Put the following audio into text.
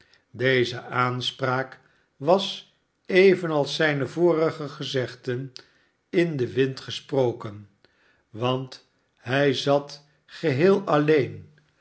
deze aanspraak was evenals zijne vorige gezegden in den wind gesproken want hij zat geheel alleen